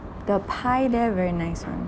the pie there very nice [one]